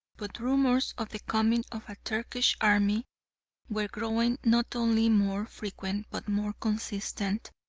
but rumours of the coming of a turkish army were growing not only more frequent but more consistent,